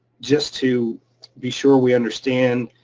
just to be sure we understand,